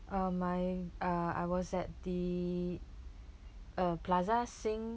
uh my uh I was at the uh plaza sing